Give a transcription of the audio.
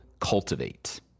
cultivate